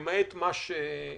למעט מה שקיים.